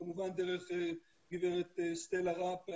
כמובן דרך גב' סטלה ראפ,